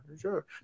Sure